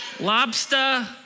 Lobster